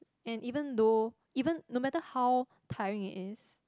and even though even no matter how tiring it is